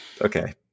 okay